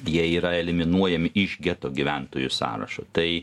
jie yra eliminuojami iš geto gyventojų sąrašo tai